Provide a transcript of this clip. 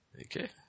Okay